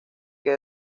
que